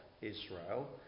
Israel